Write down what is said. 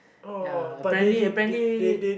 ya apparently apparently